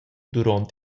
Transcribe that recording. duront